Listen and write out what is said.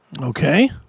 Okay